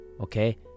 Okay